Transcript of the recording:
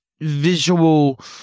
visual